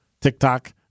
TikTok